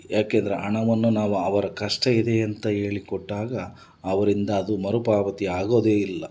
ಯಾಕೆಂದರೆ ಹಣವನ್ನು ನಾವು ಅವರ ಕಷ್ಟ ಇದೆ ಅಂತ ಹೇಳಿ ಕೊಟ್ಟಾಗ ಅವರಿಂದ ಅದು ಮರುಪಾವತಿ ಆಗೋದೇ ಇಲ್ಲ